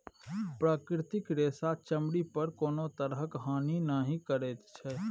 प्राकृतिक रेशा चमड़ी पर कोनो तरहक हानि नहि करैत छै